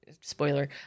spoiler